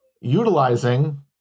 utilizing